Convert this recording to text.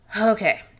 Okay